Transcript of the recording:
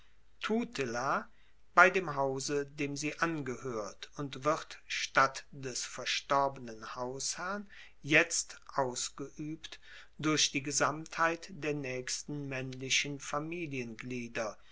hause dem sie angehoert und wird statt des verstorbenen hausherrn jetzt ausgeuebt durch die gesamtheit der naechsten maennlichen familienglieder